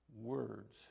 words